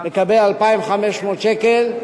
מקבל 2,500 שקל,